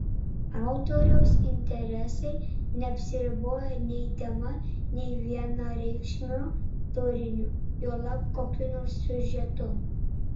autoriaus interesai neapsiriboja nei tema nei vienareikšmiu turiniu juolab kokiu nors siužetu